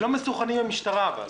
הם לא מסונכרנים אם המשטרה, אבל.